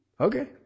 Okay